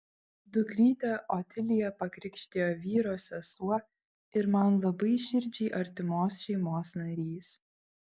dukrytę otiliją pakrikštijo vyro sesuo ir man labai širdžiai artimos šeimos narys